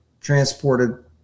transported